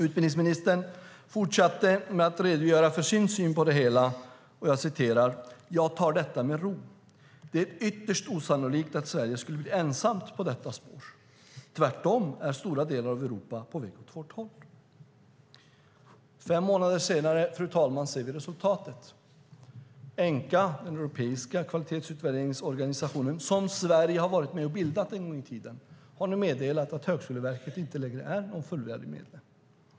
Utbildningsministern fortsatte med att redogöra för sin syn på det hela: "Jag tar detta med ro. Det är ytterst osannolikt att Sverige skulle bli ensamt på detta spår. Tvärtom är stora delar av Europa på väg åt vårt håll." Fru talman! Fem månader senare ser vi resultatet. Enqa, den europeiska kvalitetsutvärderingsorganisation som Sverige en gång i tiden var med och bildade, har nu meddelat att Högskoleverket inte längre är en fullvärdig medlem.